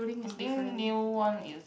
I think new one is